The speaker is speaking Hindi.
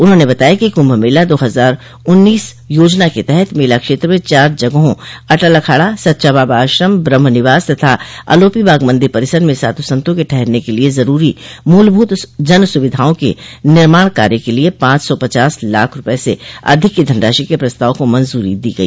उन्होंने बताया कि कुंभ मेला दो हजार उन्नीस योजना के तहत मेला क्षेत्र में चार जगहों अटल अखाड़ा सच्चा बाबा आश्रम ब्रह्म निवास तथा अलोपीबाग मंदिर परिसर में साधु संतों के ठहरने के लिए जरूरी मूलभूत जनसुविधाओं के निर्माण कार्य के लिए पांच सौ पचास लाख रूपये से अधिक की धनराशि के प्रस्ताव को मंजूरी दी गई